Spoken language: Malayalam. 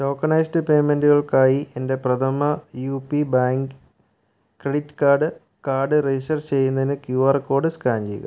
ടോക്കണൈസ്ഡ് പേയ്മെൻറ്റുകൾക്കായി എൻ്റെ Prathama U P bank credit card card register ചെയ്യുന്നതിന് ക്യു ആർ കോഡ് സ്കാൻ ചെയ്യുക